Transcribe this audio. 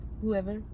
Whoever